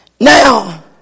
Now